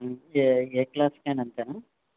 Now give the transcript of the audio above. ఏ క్లాస్కి అయినా అంతేనా